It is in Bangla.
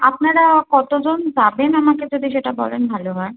আপনারা কত জন যাবেন আমাকে যদি সেটা বলেন ভালো হয়